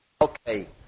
okay